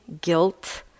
guilt